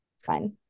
Fine